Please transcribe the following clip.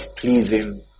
pleasing